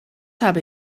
habe